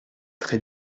très